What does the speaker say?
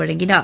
வழங்கினார்